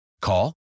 Call